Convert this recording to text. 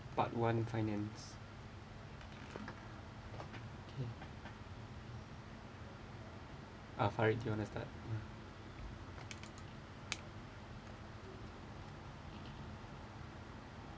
part one finance kay ah farit do you want to start